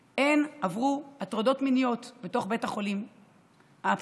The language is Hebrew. שעברו הטרדות מיניות בתוך בית החולים הפסיכיאטרי.